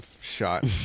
shot